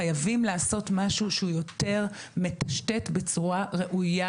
חייבים לעשות משהו שהוא יותר מטפל בתשתיות בצורה ראויה,